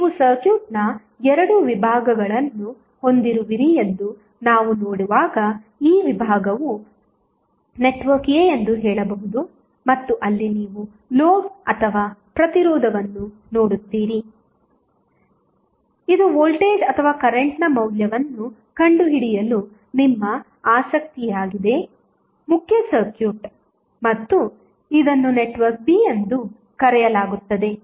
ನೀವು ಸರ್ಕ್ಯೂಟ್ನ 2 ವಿಭಾಗಗಳನ್ನು ಹೊಂದಿರುವಿರಿ ಎಂದು ನಾವು ನೋಡುವಾಗ ಈ ವಿಭಾಗವು ನೆಟ್ವರ್ಕ್ a ಎಂದು ಹೇಳಬಹುದು ಮತ್ತು ಅಲ್ಲಿ ನೀವು ಲೋಡ್ ಅಥವಾ ಪ್ರತಿರೋಧವನ್ನು ನೋಡುತ್ತೀರಿ ಇದು ವೋಲ್ಟೇಜ್ ಅಥವಾ ಕರೆಂಟ್ನ ಮೌಲ್ಯವನ್ನು ಕಂಡುಹಿಡಿಯಲು ನಿಮ್ಮ ಆಸಕ್ತಿಯಾಗಿದೆ ಮುಖ್ಯ ಸರ್ಕ್ಯೂಟ್ ಮತ್ತು ಇದನ್ನು ನೆಟ್ವರ್ಕ್ b ಎಂದು ಕರೆಯಲಾಗುತ್ತದೆ